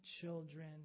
children